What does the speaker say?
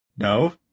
No